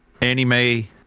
anime